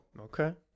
Okay